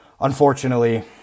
unfortunately